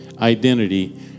identity